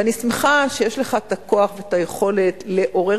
ואני שמחה שיש לך הכוח והיכולת לעורר